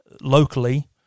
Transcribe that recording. locally